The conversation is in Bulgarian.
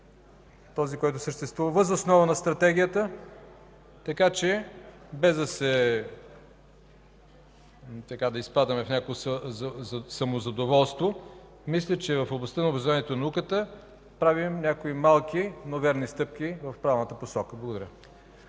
този, който съществува, въз основа на Стратегията, така че без да изпадаме в някакво самозадоволство, мисля, че в областта на образованието и науката правим някои малки, но верни стъпки в правилната посока. Благодаря.